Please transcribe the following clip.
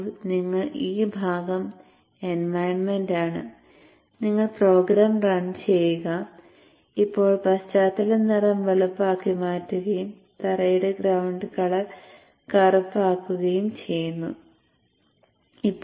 ഇപ്പോൾ നിങ്ങൾ ഈ ഭാഗം എൻവയണ്മെന്റാണ് നിങ്ങൾ പ്രോഗ്രാം റൺ ചെയ്യുക ഇപ്പോൾ പശ്ചാത്തല നിറം വെളുപ്പാക്കി മാറ്റുകയും തറയുടെ ഗ്രൌണ്ട് കളർ കറുപ്പ് ആക്കുകയും ചെയ്യട്ടെ